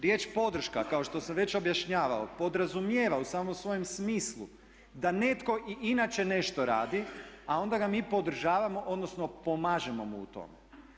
Riječ podrška kao što sam već objašnjavao podrazumijeva u samom svojem smislu da netko i inače nešto radi, a onda ga mi podržavamo odnosno pomažemo mu u tome.